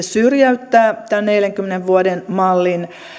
syrjäyttää tämän neljänkymmenen vuoden mallin